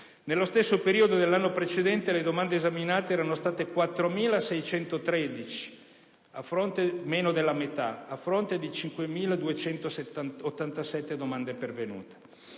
Nello stesso periodo dell'anno precedente le domande esaminate erano state 4.613 (meno della metà) a fronte di 5.287 domande pervenute.